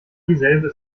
dieselbe